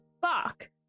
Fuck